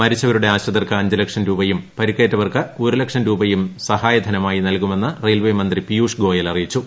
മരിച്ചവരുടെ ആശ്രിതർക്ക് അഞ്ച് ലക്ഷം രൂപയും പരിക്കേറ്റവർക്ക് ഒരു ലക്ഷം രൂപയും സഹായധനമായി നൽകുമെന്ന് റെയിൽവേ മന്ത്രി പിയൂഷ് ഗോയൽ അറിയിച്ചു